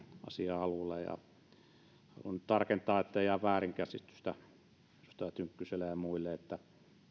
asia alulle ja voin tarkentaa ettei jää väärinkäsitystä edustaja tynkkyselle ja muille että